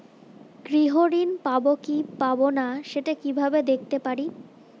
গৃহ ঋণ পাবো কি পাবো না সেটা কিভাবে দেখতে পারি?